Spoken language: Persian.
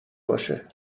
باشه